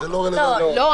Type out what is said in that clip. לא,